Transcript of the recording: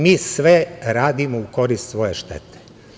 Mi sve radimo u korist svoje štete.